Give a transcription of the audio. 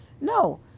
no